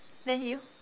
then you